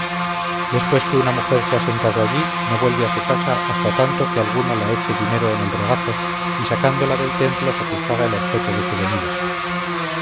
después que una mujer se ha sentado allí no vuelve a su casa hasta tanto que alguno la eche dinero en el regazo y sacándola del templo satisfaga el objeto de su venida